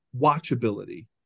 watchability